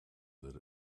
that